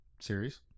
series